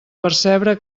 percebre